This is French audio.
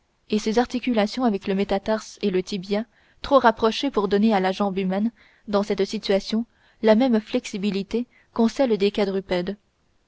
et ses articulations avec le métatarse et le tibia trop rapprochées pour donner à la jambe humaine dans cette situation la même flexibilité qu'ont celles des